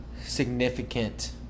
significant